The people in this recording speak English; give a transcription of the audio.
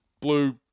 blue